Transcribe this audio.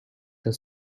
the